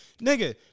Nigga